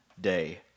day